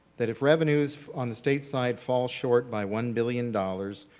that if revenues on the state side falls short by one billion dollar,